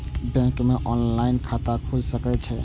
Bank में online खाता खुल सके छे?